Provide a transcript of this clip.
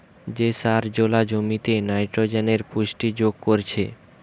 যে সার জোলা জমিতে নাইট্রোজেনের পুষ্টি যোগ করছে